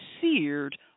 seared